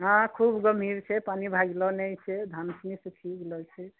हँ खूब गम्भीर र छै पानि भइए नहि रहलो छै छै धान सुनी सुखी गेलो छै